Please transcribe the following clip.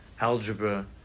algebra